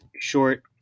short